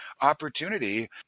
opportunity